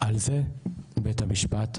על זה בית המשפט,